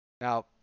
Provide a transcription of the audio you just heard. Now